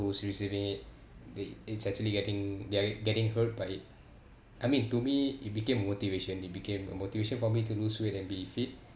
who's receiving it the~ it's actually getting they're getting hurt by it I mean to me it became a motivation it became a motivation for me to lose weight and be fit